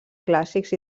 clàssics